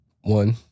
one